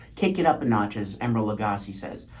kick it up a notch. as emeril lagasse says,